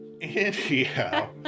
anyhow